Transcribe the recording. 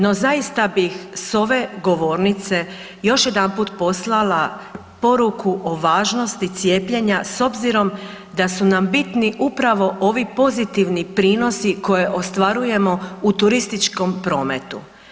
No zaista bih s ove govornice još jedanput poslala poruku o važnosti cijepljenja s obzirom da su nam bitni upravo ovi pozitivni prinosi koje ostvarujemo u turističkom prometu.